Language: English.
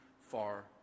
far